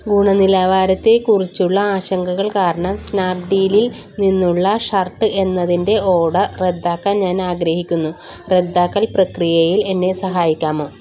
ഗുണനിലവാരത്തെക്കുറിച്ചുള്ള ആശങ്കകൾ കാരണം സ്നാപ്ഡീലിൽ നിന്നുള്ള ഷർട്ട് എന്നതിൻ്റെ ഓർഡർ റദ്ദാക്കാൻ ഞാൻ ആഗ്രഹിക്കുന്നു റദ്ദാക്കൽ പ്രക്രിയയിൽ എന്നെ സഹായിക്കാമോ